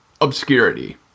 obscurity